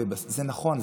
נכון,